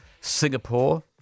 Singapore